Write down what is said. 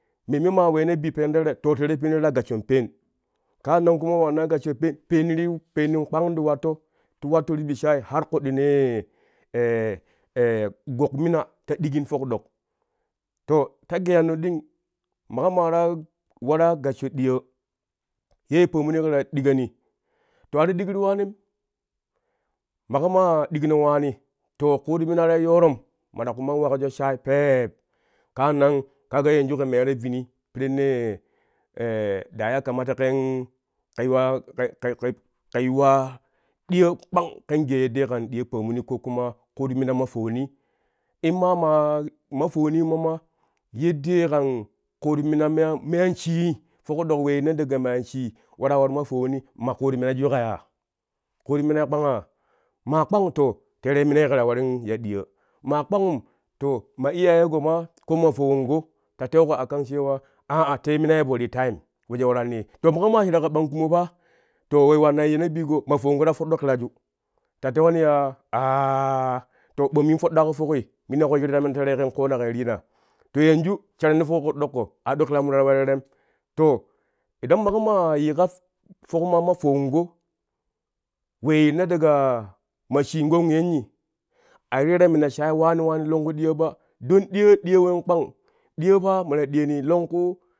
Memme maa weena bi peen teere to tere piree ta gasshon peen kaan nan ma wannai gassho peen peenin kpangi ti watto ti bi shaai har koɗɗine gokmina ta ɗikin tok ɗok to ta geeyanno ɗing mako ma ta waraa gassho ɗiyoo yee pomun ye ƙɛ ta ɗikoni to a ti ɗikru waanim maƙo maa ɗinkno waani to kuut mina ta yoorom ma ta kuman wakjo shaai peep kaannan ka ga yanju kɛ meya to vini pirennee da ya kamata kɛn kɛ yuwaan kɛ kɛ kɛ yuwaa ɗiyon kpang kɛn gee yeddee kan ɗiyo pomuni ko kuma kuut mina ma fowoni in ma maa ma fowoni mo ma yeddee kan kuut mina me an sheeni toki dok wee yinna daga me an sheei we waraa war ma fowoni ɗuma kuut minajui ka yaa? Kuut minai kpangaa ma kpang to tere mina ye ka ta warin ta ɗiyoo ma kpangum to ma iyayeƙo kuma ko ma towongo ta teuƙo a kan cea a'a tei mina ye po ri taim wejo waranii to maƙo ma sharaa ƙa ɓang kumo paa to we ye wanna yinna bigo ma towongo to faɗɗo kiraju ta tewani yaa aaa to bo min faddaƙo foƙi min yaƙo wejo ri ta mina terei ken koona ken rina to yanju sheronti foƙi ƙɛ doƙƙo aɗo kiramu ta we terem to idan maƙo maa yiƙa fokma ma fowongo wee yinna dagaa ma sheenƙo yenni ari ta mina shaai wani wani longku ɗiyoo ba don diyoo diyoi ween kpang diyo pa ma ta diyoni longku.